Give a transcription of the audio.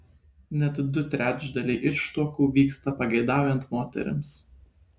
net du trečdaliai ištuokų vyksta pageidaujant moterims